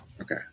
Okay